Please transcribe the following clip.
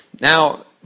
Now